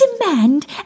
demand